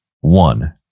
one